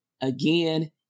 again